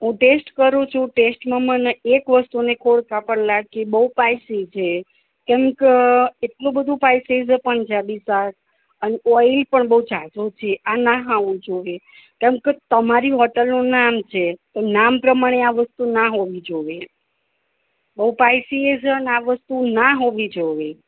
હું ટેસ્ટ કરું છું ટેસ્ટમાં મને એક વસ્તુની ખોડ ખાંપણ લાગી બહુ પાઈસી છે કેમ ક એટલું બધુ પાઈસી છે પંજાબી શાક અને ઓઈલી પણ બહુ ઝાઝું છે આ ના ખાવું જોઈએ કેમકે તમારી હોટલનું નામ છે તો નામ પ્રમાણે આ વસ્તુ ના હોવી જોઈએ બહુ પાઈસી એ છે ને આ વસ્તુ ના હોવી જોઈએ